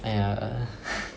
!aiya! err